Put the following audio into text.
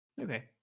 Okay